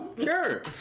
Sure